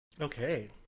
Okay